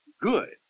good